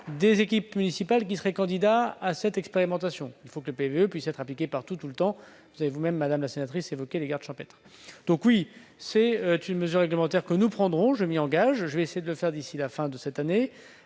des équipes municipales candidates à cette expérimentation. Le PVE doit pouvoir être appliqué partout, tout le temps. Vous avez vous-même, madame la sénatrice Gatel, évoqué les gardes champêtres. C'est une mesure réglementaire que nous prendrons- je m'y engage. Je vais essayer de le faire d'ici à la fin de cette année.